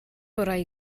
orau